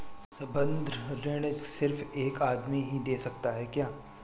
संबंद्ध ऋण सिर्फ एक आदमी ही दे सकता है क्या?